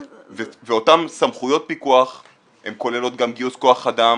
ואותן סמכויות פיקוח הן כוללות גם גיוס כוח אדם